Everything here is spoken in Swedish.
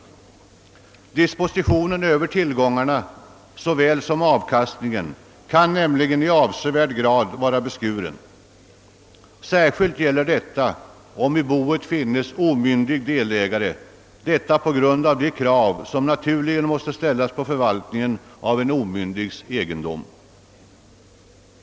Dispositionen över tillgångarna såväl som avkastningen kan nämligen vara i avsevärd grad beskuren. Särskilt gäller detta om i boet finns omyndig delägare; detta på grund av de krav som naturligen måste ställas på förvaltning av omyndigs egendom.